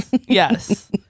yes